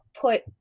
put